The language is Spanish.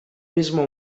mismo